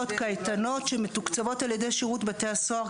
קייטנות שמתוקצבות על ידי שירות בתי הסוהר,